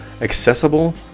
accessible